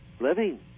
living